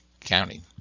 County